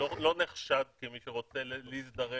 לא נחשד כמי שרוצה להזדרז